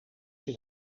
zit